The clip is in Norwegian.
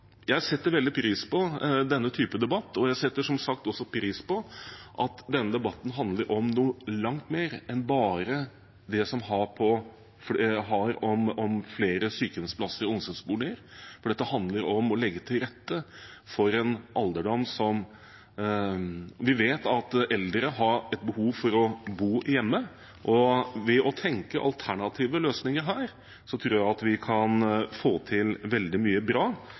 denne debatten handler om noe langt mer enn sykehjemsplasser og omsorgsboliger. Dette handler om å legge til rette for alderdommen. Vi vet at eldre har behov for å bo hjemme, og ved å tenke alternative løsninger her tror jeg at vi kan få til veldig mye bra.